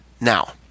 Now